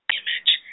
image